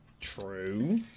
True